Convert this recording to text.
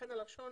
לכן הלשון